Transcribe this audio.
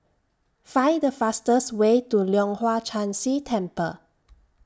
Find The fastest Way to Leong Hwa Chan Si Temple